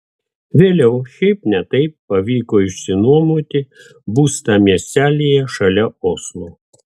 vėliau šiaip ne taip pavyko išsinuomoti būstą miestelyje šalia oslo